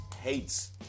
hates